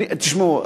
תשמעו,